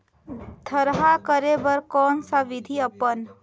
थरहा करे बर कौन सा विधि अपन?